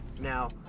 Now